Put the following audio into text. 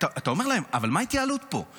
אתה אומר להם: אבל מה ההתייעלות פה?